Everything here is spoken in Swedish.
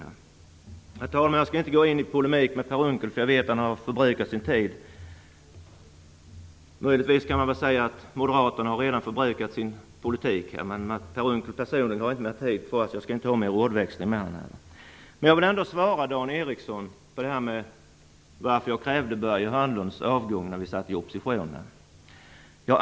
Herr talman! Jag skall inte gå in i polemik med Per Unckel, för jag vet att han har förbrukat sin tid. Möjligtvis kan man säga att Moderaterna redan har förbrukat sin politik, men Per Unckel personligen har inte mer tid kvar, så jag skall inte ha någon ordväxling med honom här. Men jag vill ändå svara Dan Ericsson på det här med varför jag krävde Börje Hörnlunds avgång när vi satt i opposition.